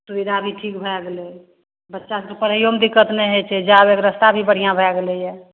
सुविधा भी ठीक भए गेलै बच्चा सभकेँ पढ़ैओमे दिक्कत नहि होइ छै जाए आबैके रस्ता भी बढ़िआँ भए गेलैए